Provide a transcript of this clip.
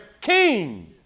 king